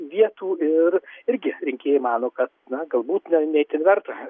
vietų ir irgi rinkėjai mano kad na galbūt ne ne itin verta